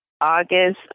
August